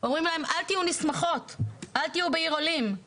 אומרים להם אל תהיו במלא מקומות,